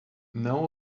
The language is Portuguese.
não